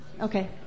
Okay